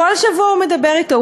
כל שבוע הוא מדבר אתו,